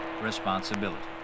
responsibility